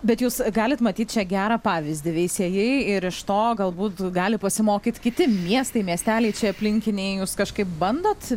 bet jūs galit matyt čia gerą pavyzdį veisiejai ir iš to galbūt gali pasimokyt kiti miestai miesteliai čia aplinkiniai jus kažkaip bandot